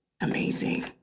amazing